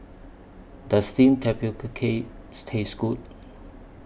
Does Steamed Tapioca Cake Taste Good